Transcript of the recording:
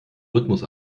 rhythmus